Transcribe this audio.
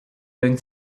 going